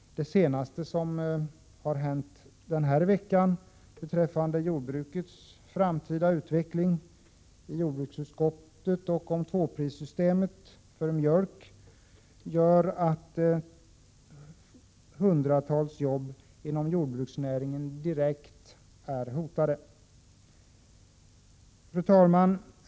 Det senaste som har hänt beträffande jordbrukets framtida utveckling — jag tänker då på vad som har skett den här veckan i jordbruksutskottet — och beträffande tvåprissystemet för mjölk gör att hundratals jobb inom jordbruksnäringen är direkt hotade.